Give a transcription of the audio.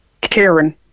Karen